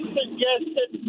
suggested